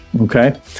okay